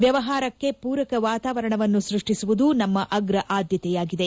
ವ್ಯವಹಾರಕ್ಕೆ ಪೂರಕ ವಾತಾವರಣವನ್ನು ಸ್ಪಷ್ಟಿಸುವುದು ನಮ್ಮ ಅಗ್ರ ಆದ್ಯತೆಯಾಗಿದೆ